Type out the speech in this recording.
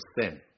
sin